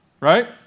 Right